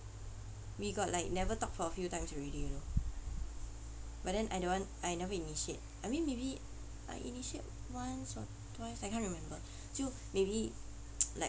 we got like never talk for a few times already you know but then I don't want I never initiate I mean maybe I initiate once or twice I can't remember so maybe like